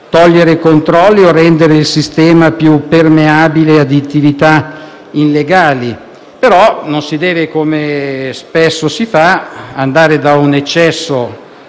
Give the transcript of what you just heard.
o si voglia rendere il sistema più permeabile ad attività illegali, ma perché non si deve, come spesso si fa, andare da un eccesso